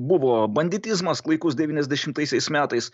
buvo banditizmas klaikus devyniasdešimtaisiais metais